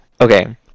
okay